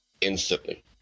Instantly